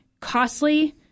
costly